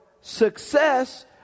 success